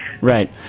Right